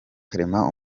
clement